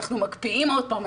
אנחנו מקפיאים עוד פעם,